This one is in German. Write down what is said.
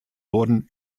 wurden